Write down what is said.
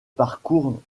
parcours